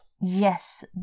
Yes